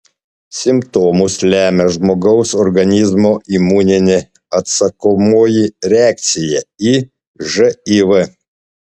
simptomus lemia žmogaus organizmo imuninė atsakomoji reakcija į živ